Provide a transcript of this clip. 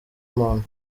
muntu